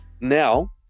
Now